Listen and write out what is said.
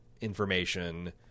information